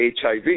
HIV